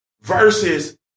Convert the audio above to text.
versus